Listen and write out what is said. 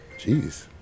jeez